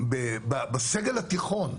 הסגל התיכון,